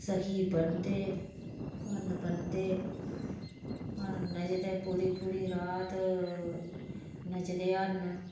सखी बनदे हरण बनदे नचदे पूरी पूरी रात नचदे हरण